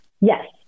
Yes